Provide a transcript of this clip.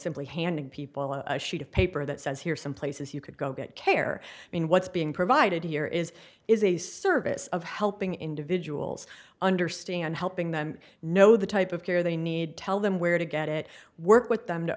simply handing people a sheet of paper that says here are some places you could go get care in what's being provided here is is a service of helping individuals understand helping them know the type of care they need tell them where to get it work with them to